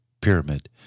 pyramid